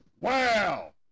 Wow